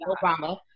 Obama